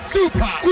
Super